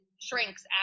shrinks